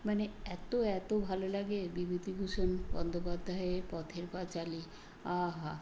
মানে এত এত ভালো লাগে বিভূতিভূষণ বন্দ্যোপাধ্যায়ের পথের পাঁচালি আহা